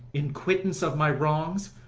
in quittance of my wrongs,